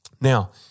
Now